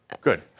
Good